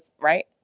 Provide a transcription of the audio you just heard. right